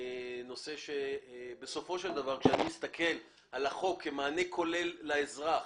נושא שבסופו של דבר כאשר אני אסתכל על החוק כמענה כולל לאזרח,